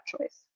choice